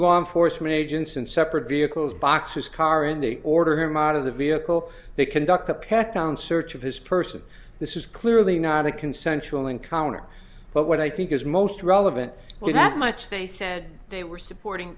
law enforcement agents in separate vehicles box his car in the order him out of the vehicle they conduct a pat down search of his person this is clearly not a consensual encounter but what i think is most relevant in that much they said they were supporting